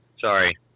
Sorry